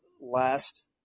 last